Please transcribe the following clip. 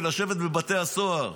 לשבת בבתי הסוהר.